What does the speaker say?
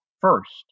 first